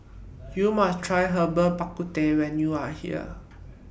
YOU must Try Herbal Bak Ku Teh when YOU Are here